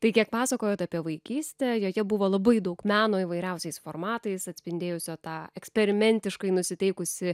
tai kiek pasakojot apie vaikystę joje buvo labai daug meno įvairiausiais formatais atspindėjusio tą eksperimentiškai nusiteikusį